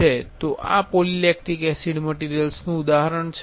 તો આ polylactic acid મટિરિયલનું ઉદાહરણ છે